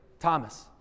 Thomas